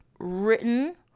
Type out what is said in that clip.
Written